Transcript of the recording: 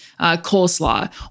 coleslaw